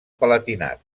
palatinat